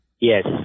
Yes